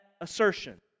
assertion